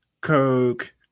coke